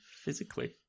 Physically